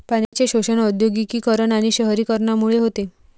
पाण्याचे शोषण औद्योगिकीकरण आणि शहरीकरणामुळे होते